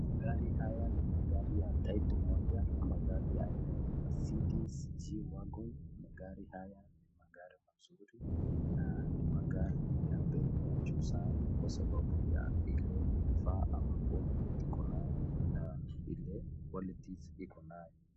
Magari haya ni magari ya taipu moja magari ya aina ya Mercedes G- Wagon . Magari haya ni magari mazuri na ni magari ya bei ya juu sana kwa sababu ya ile vifaa ambapo iko nayo na ile qualities iko nayo.